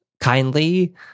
kindly